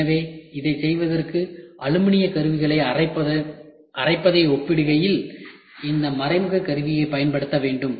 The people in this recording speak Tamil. எனவே இதைச் செய்வதற்கு அலுமினிய கருவிகளை அரைப்பதை ஒப்பிடுகையில் இந்த மறைமுக கருவியைப் பயன்படுத்த வேண்டும்